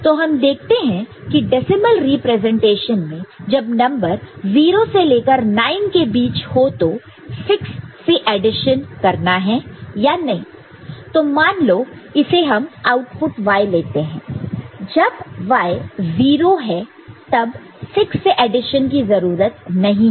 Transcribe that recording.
तो हम देखते हैं डेसिमल रिप्रेजेंटेशन में जब नंबर 0 से लेकर 9 के बीच हो तो 6 से एडिशन करना है या नहीं तो मान लो इसे हम आउटपुट Y लेते हैं जब Y 0 है तब 6 से एडिशन की जरूरत नहीं है